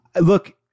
Look